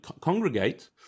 congregate